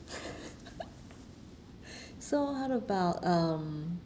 so how about um